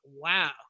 wow